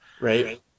Right